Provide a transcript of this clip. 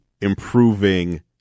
improving